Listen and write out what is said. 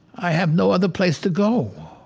i have no other place to go.